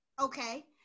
okay